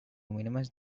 minimize